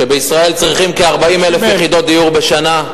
שבישראל צריכים כ-40,000 יחידות דיור בשנה,